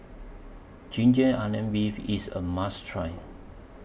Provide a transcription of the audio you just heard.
Ginger Onions Beef IS A must Try